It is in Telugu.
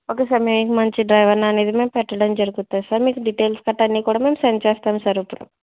ఓకే సార్ మీకు మంచి డ్రైవర్ని అనేది మేము పెట్టడం జరుగుతుంది సార్ మీకు డీటెయిల్స్ కట్టా అన్ని కూడా మేము సెండ్ చేస్తాము సర్ ఇప్పుడు